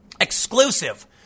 Exclusive